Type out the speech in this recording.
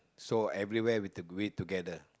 so everywhere we have to do it together